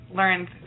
learned